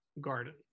garden